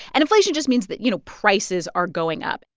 and inflation just means that, you know, prices are going up.